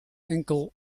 enkel